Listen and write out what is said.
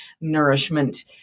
nourishment